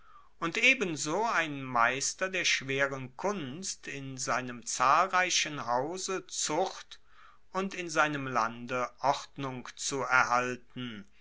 und ebenso ein meister der schwereren kunst in seinem zahlreichen hause zucht und in seinem lande ordnung zu erhalten